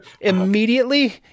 immediately